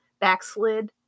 backslid